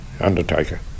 Undertaker